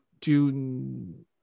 June